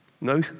No